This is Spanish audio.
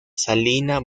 salina